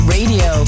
Radio